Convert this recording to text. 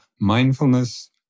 mindfulness